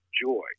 joy